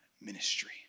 ministry